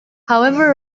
however